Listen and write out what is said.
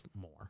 more